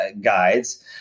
guides